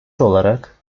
olarak